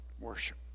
worship